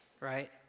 right